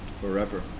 forever